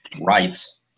rights